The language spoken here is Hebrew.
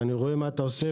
ואני רואה מה אתה עושה.